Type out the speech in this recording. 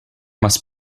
must